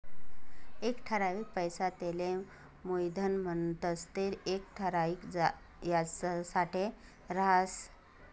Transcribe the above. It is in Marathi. एक ठरावीक पैसा तेले मुयधन म्हणतंस ते येक ठराविक याजसाठे राहस